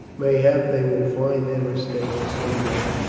mayhap they will find their mistake some day.